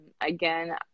again